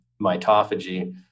mitophagy